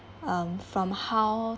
um from how